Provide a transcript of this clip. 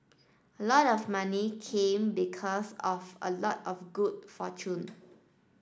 a lot of money came because of a lot of good fortune